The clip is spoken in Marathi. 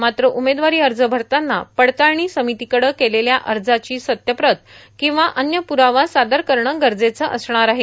मात्र उमदेवारी अर्ज भरताना पडताळणी समितीकडं केलेल्या अर्जाची सत्यप्रत किंवा अन्य प्ररावा सादर करणं गरजेचं असणार आहे